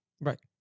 Right